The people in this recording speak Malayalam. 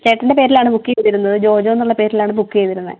ചേട്ടൻ്റെ പേരിലാണ് ബുക്ക് ചെയ്തിരുന്നത് ജോജോ എന്നുള്ള പേരിലാണ് ബുക്ക് ചെയ്തിരുന്നത്